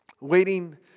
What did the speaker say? Waiting